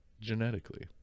genetically